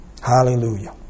Hallelujah